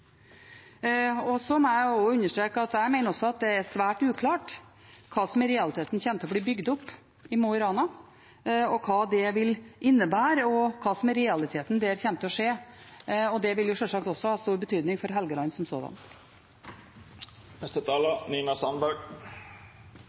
Så må jeg også understreke at jeg mener det er svært uklart hva som i realiteten kommer til å bli bygd opp i Mo i Rana, hva det vil innebære, og hva som i realiteten kommer til å skje der. Og det vil sjølsagt også ha stor betydning for Helgeland som sådan.